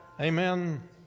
Amen